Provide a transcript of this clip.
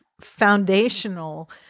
foundational